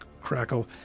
crackle